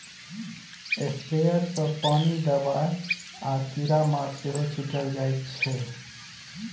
sprayer सँ पानि, दबाइ आ कीरामार सेहो छीटल जाइ छै